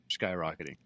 skyrocketing